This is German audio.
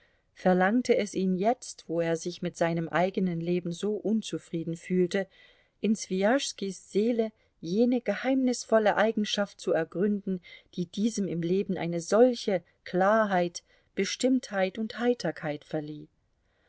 verlangte es ihn jetzt wo er sich mit seinem eigenen leben so unzufrieden fühlte in swijaschskis seele jene geheimnisvolle eigenschaft zu ergründen die diesem im leben eine solche klarheit bestimmtheit und heiterkeit verlieh